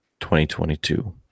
2022